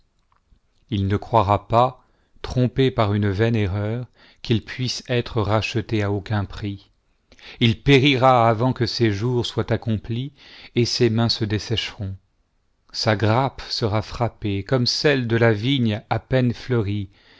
il ne croira pas trompé par une vaine erreur qu'il puisse être racheté à aucun prix il périra avant que ses jours soient accomplis et ses mains se dessécheront sa grappe sera fi-appée comme celle de la vigne à peine fleurie